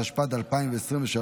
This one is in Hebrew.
התשפ"ד 2023,